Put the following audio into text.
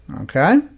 Okay